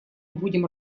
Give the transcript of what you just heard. будем